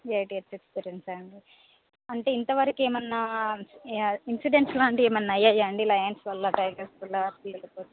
eight years ఎక్స్పిరియన్సా అండి అంటే ఇంతవరకు ఏమైనా ఇన్సిడెంట్స్ లాంటివి ఏమైనా అయ్యాయా అండి లయన్స్ వల్ల టైగర్స్ వల్ల ఫీల్డ్లో